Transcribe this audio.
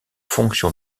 fonction